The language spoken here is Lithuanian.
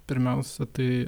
pirmiausia tai